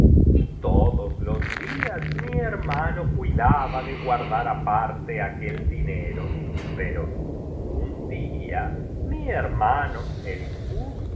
y todos los días mi hermano cuidaba de guardar aparte aquel dinero pero un día mi hermano el kuz quiso